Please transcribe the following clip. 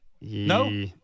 No